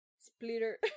splitter